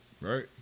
Right